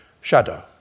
Shadow